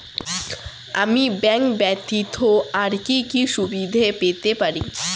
আমি ব্যাংক ব্যথিত আর কি কি সুবিধে পেতে পারি?